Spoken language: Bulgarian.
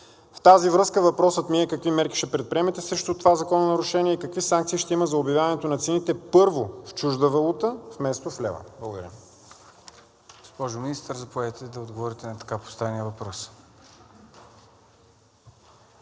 В тази връзка въпросът ми е: какви мерки ще предприемете срещу това закононарушение и какви санкции ще има за обявяването на цените първо в чужда валута, вместо в левове? Благодаря. ПРЕДСЕДАТЕЛ ЦОНЧО ГАНЕВ: Госпожо Министър, заповядайте да отговорите на така поставения въпрос.